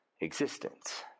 existence